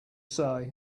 say